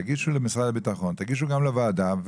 תגישו למשרד הביטחון ותגישו גם לוועדה.